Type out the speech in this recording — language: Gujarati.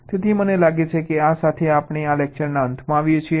તેથી મને લાગે છે કે આ સાથે આપણે આ લેકચરના અંતમાં આવીએ છીએ